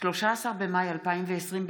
13 במאי 2020,